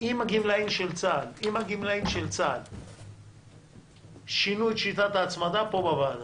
אם לגמלאים של צה"ל שינוי את שיטת ההצמדה פה בוועדה.